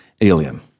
alien